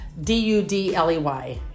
D-U-D-L-E-Y